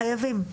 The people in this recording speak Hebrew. חייבים.